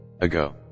ago